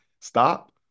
stop